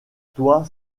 toi